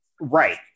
right